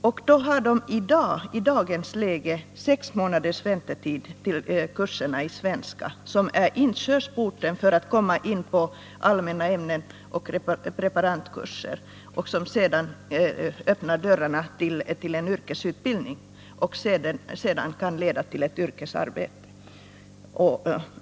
I Fredagen den dagens läge har de att räkna med sex månaders väntetid till kurserna i 28 november 1980 svenska, som är inkörsporten till kurser i allmänna ämnen och till preparandkurser, som i sin tur öppnar dörrarna till en yrkesutbildning, som sedan kan leda till ett yrkesarbete.